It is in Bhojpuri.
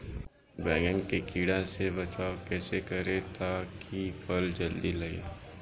बैंगन के कीड़ा से बचाव कैसे करे ता की फल जल्दी लगे?